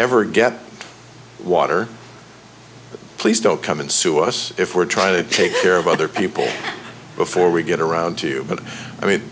ever get water please don't come and sue us if we're trying to take care of other people before we get around to you but i mean